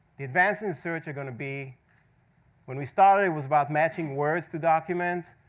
the advances in search are going to be when we started, it was about matching words to documents,